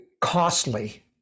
costly